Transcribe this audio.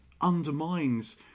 undermines